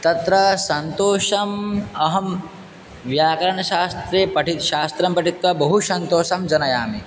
तत्र सन्तोषम् अहं व्याकरणशास्त्रे पठित्वा शास्त्रं पठित्वा बहु सन्तोषं जनयामि